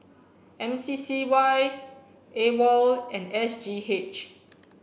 M C C Y AWOL and S G H